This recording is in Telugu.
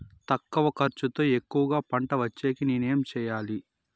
తక్కువ ఖర్చుతో ఎక్కువగా పంట వచ్చేకి నేను ఏమి చేయాలి?